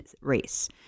race